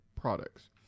products